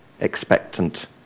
expectant